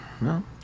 No